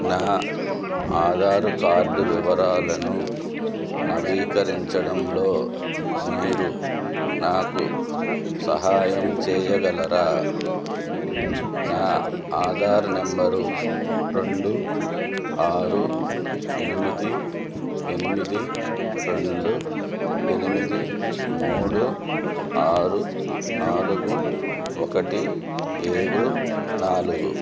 నా ఆధారు కార్డ్ వివరాలను నవీకరించడంలో మీరు నాకు సహాయం చేయగలరా నా ఆధార్ నెంబరు రెండు ఆరు ఎనిమిది ఎనిమిది రెండు ఎనిమిది మూడు ఆరు నాలుగు ఒకటి ఏడు నాలుగు